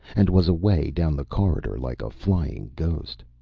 and was away down the corridor like a flying ghost.